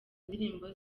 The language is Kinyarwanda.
indirimbo